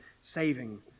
saving